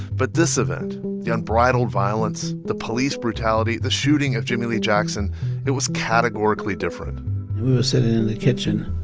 but this event the unbridled violence, the police brutality, the shooting of jimmie lee jackson it was categorically different we were sitting in the kitchen,